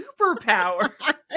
superpower